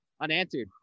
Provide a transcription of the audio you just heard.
unanswered